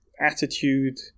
attitude